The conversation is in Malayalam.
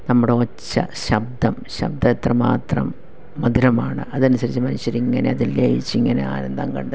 നമ്മുടെ ഒച്ച ശബ്ദം ശബ്ദം എത്ര മാത്രം മധുരമാണ് അതനുസരിച്ച് മനുഷ്യരിങ്ങനെ അതിൽ ലയിച്ചിങ്ങനെ ആനന്ദം കണ്ട്